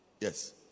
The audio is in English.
Yes